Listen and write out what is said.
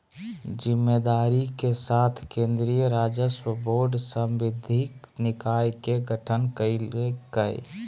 जिम्मेदारी के साथ केन्द्रीय राजस्व बोर्ड सांविधिक निकाय के गठन कइल कय